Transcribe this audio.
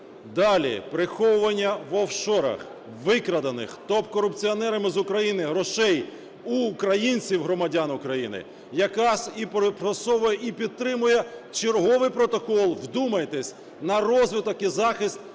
далі приховування в офшорах викрадених топ-корупціонерами з України грошей, в українців, громадян України, якраз і просовує, і підтримує черговий Протокол, вдумайтесь, на розвиток і захист